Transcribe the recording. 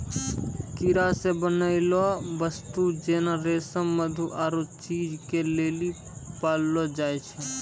कीड़ा से बनलो वस्तु जेना रेशम मधु आरु चीज के लेली पाललो जाय छै